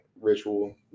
ritual